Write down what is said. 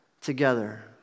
Together